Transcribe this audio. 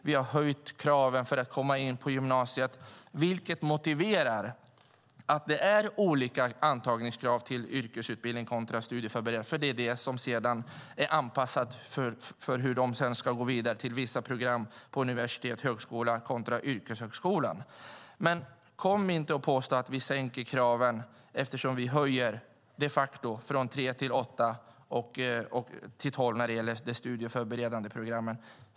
Vi har höjt kraven för att komma in på gymnasiet. Att det är olika antagningskrav till yrkesutbildning kontra studieförberedande utbildning är motiverat av att det är anpassat till hur eleverna sedan ska gå vidare till vissa program på universitet och högskola kontra yrkeshögskola. Kom inte och påstå att vi sänker kraven eftersom vi de facto höjer från tre till åtta ämnen och till tolv när det gäller de studieförberedande programmen.